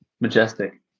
Majestic